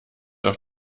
auf